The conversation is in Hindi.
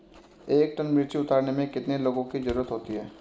एक टन मिर्ची उतारने में कितने लोगों की ज़रुरत होती है?